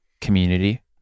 community